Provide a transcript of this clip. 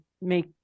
make